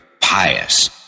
pious